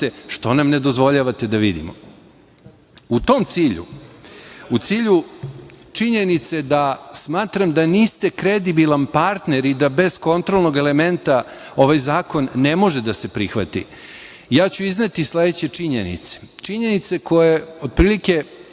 što nam ne dozvoljavate da vidimo.U tom cilju, u cilju činjenica da smatram da niste kredibilan partner i da bez kontrolnog elementa ovaj zakon ne može da se prihvati, ja ću izneti sledeće činjenice, činjenice koje otprilike,